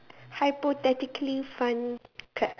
hypothetically fun crab